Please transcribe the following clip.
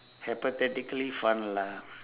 hypothetically fun lah